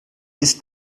ist